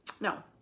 no